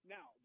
Now